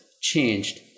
changed